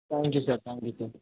thank you sir thank you sir